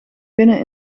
binnen